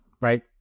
right